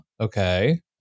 Okay